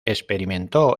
experimentó